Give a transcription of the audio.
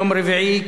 יום רביעי,